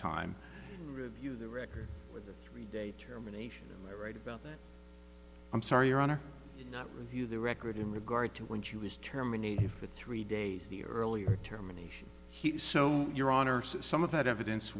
time review the record with a three day termination right about that i'm sorry your honor not review the record in regard to when she was terminated for three days the earlier termination he so your honor says some of that evidence